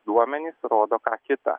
duomenys rodo ką kita